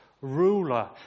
ruler